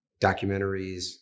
documentaries